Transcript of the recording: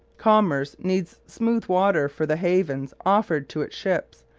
commerce needs smooth water for the havens offered to its ships,